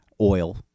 oil